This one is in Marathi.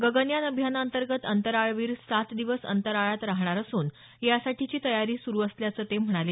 गगनयान अभियानाअंतर्गत अंतराळवीर सात दिवस अंतराळात राहणार असून यासाठीची तयारी सुरु असल्याचं ते म्हणाले